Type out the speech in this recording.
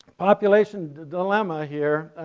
population dillema here,